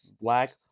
Black